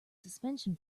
suspension